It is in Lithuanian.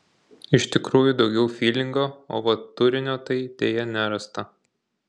iš tikrųjų daugiau fylingo o vat turinio tai deja nerasta